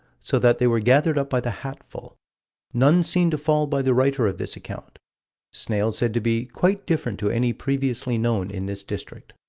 so that they were gathered up by the hatful none seen to fall by the writer of this account snails said to be quite different to any previously known in this district.